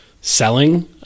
selling